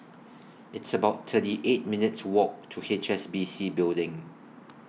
It's about thirty eight minutes' Walk to H S B C Building